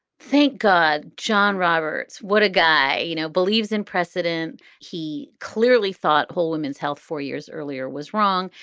thank god, john roberts, what a guy, you know, believes in precedent. he clearly thought whole women's health four years earlier was wrong.